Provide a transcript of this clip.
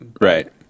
right